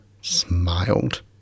smiled